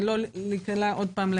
הוא חתם.